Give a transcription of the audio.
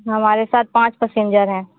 हमारे साथ पाँच पसेंजर है